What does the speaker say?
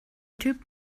typ